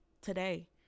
today